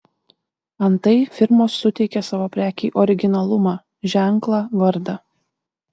antai firmos suteikia savo prekei originalumą ženklą vardą